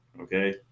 Okay